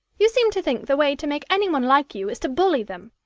you seem to think the way to make anyone like you is to bully them.